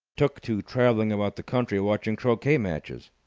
took to travelling about the country, watching croquet matches.